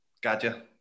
Gotcha